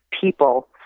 people